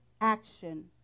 action